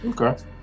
Okay